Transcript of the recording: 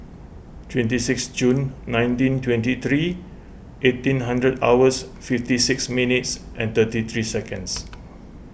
twenty six June nineteen twenty three eighteen hundred hours fifty six minutes and thirty three seconds